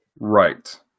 Right